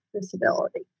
disability